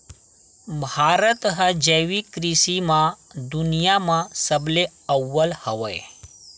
भारत हा जैविक कृषि मा दुनिया मा सबले अव्वल हवे